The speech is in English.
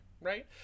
right